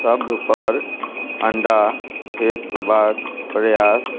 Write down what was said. सबपर अण्डा फेकबाके प्रयास